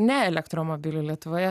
ne elektromobilių lietuvoje